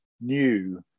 new